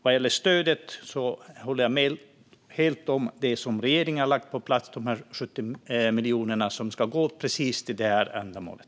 Vad gäller stödet håller jag helt med om det som regeringen har lagt på plats med de 70 miljonerna som ska gå precis till det här ändamålet.